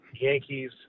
Yankees